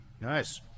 Nice